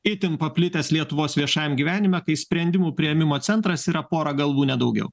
itin paplitęs lietuvos viešajam gyvenime kai sprendimų priėmimo centras yra pora galvų nedaugiau